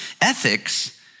ethics